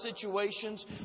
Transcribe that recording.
situations